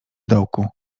dołku